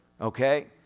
okay